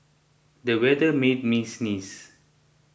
the weather made me sneeze